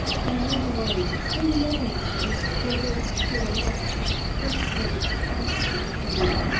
oh, never mind! say you love me, sim, whether it's true or not that's what it's come to with me.